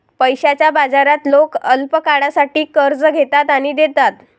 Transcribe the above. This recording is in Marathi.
पैशाच्या बाजारात लोक अल्पकाळासाठी कर्ज घेतात आणि देतात